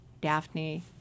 Daphne